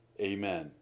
Amen